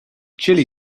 chili